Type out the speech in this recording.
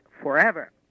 forever